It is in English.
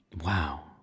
Wow